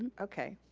and okay.